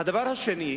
והדבר השני,